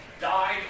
died